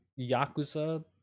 Yakuza